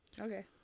Okay